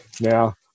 Now